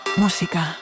música